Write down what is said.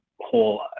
whole